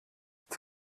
ist